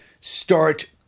start